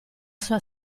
sua